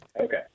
Okay